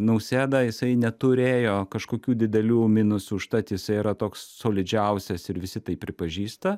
nausėda jisai neturėjo kažkokių didelių minusų užtat jisai yra toks solidžiausias ir visi tai pripažįsta